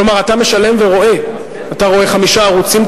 כלומר אתה משלם ורואה חמישה ערוצים,